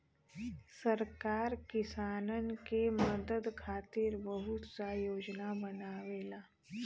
सरकार किसानन के मदद खातिर बहुत सा योजना बनावेला